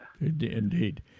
indeed